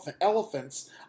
elephants